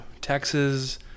Texas